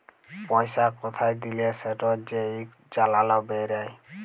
পইসা কোথায় দিলে সেটর যে ইক চালাল বেইরায়